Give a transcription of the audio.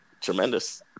tremendous